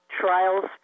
trials